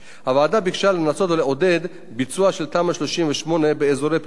ביקשה לנסות ולעודד ביצוע של תמ"א 38 באזורי פריפריה,